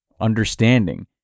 understanding